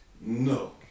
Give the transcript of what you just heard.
No